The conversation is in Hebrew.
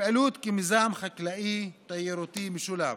כמיזם חקלאי-תיירותי משולב.